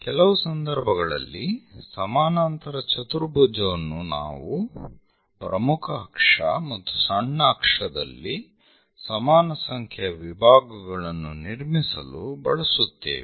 ಕೆಲವು ಸಂದರ್ಭಗಳಲ್ಲಿ ಸಮಾನಾಂತರ ಚತುರ್ಭುಜವನ್ನು ನಾವು ಪ್ರಮುಖ ಅಕ್ಷ ಮತ್ತು ಸಣ್ಣ ಅಕ್ಷದಲ್ಲಿ ಸಮಾನ ಸಂಖ್ಯೆಯ ವಿಭಾಗಗಳನ್ನು ನಿರ್ಮಿಸಲು ಬಳಸುತ್ತೇವೆ